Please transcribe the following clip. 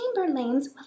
chamberlains